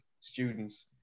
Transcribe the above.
students